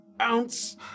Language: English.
ounce